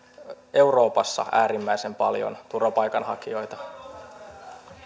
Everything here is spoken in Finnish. euroopassa äärimmäisen paljon turvapaikanhakijoita